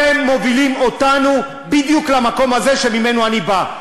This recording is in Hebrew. אתם מובילים אותנו בדיוק למקום הזה שממנו אני בא,